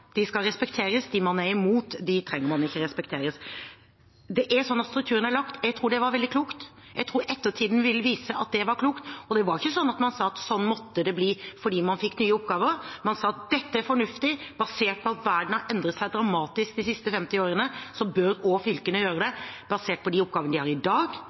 De flertallene man selv er for, skal altså respekteres, mens dem man er imot, trenger man ikke å respektere. Strukturen er lagt, og jeg tror det var veldig klokt. Jeg tror ettertiden vil vise at det var klokt. Man sa ikke at slik måtte det bli fordi man fikk nye oppgaver, man sa at dette var fornuftig. Basert på at verden har endret seg dramatisk de siste 50 årene, bør også fylkene gjøre det – basert på de oppgavene de har i dag,